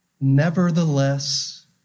Nevertheless